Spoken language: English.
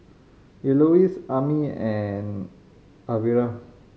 Elouise Amey and Alvera